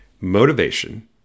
motivation